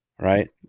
right